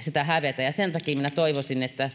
sitä hävetä sen takia minä toivoisin että